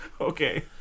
Okay